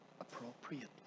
appropriately